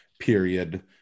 period